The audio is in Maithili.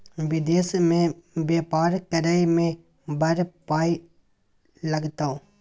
विदेश मे बेपार करय मे बड़ पाय लागतौ